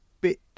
bit